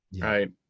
right